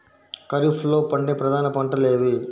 ఖరీఫ్లో పండే ప్రధాన పంటలు ఏవి?